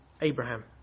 Abraham